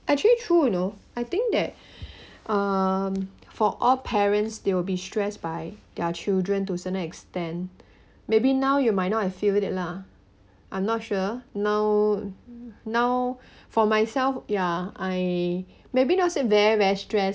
actually true you know I think that um for all parents they will be stressed by their children to a certain extent maybe now you might not have feel it lah I'm not sure now now for myself ya I maybe not say very very stress